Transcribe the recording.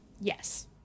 Yes